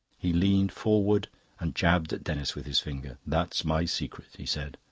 he leaned forward and jabbed at denis with his finger. that's my secret, he said,